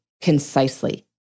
concisely